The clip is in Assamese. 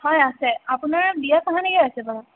হয় আছে আপোনাৰ বিয়া কাহানিকে আছে বাৰু